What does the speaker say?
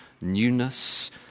newness